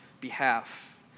behalf